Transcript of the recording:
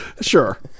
Sure